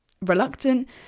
reluctant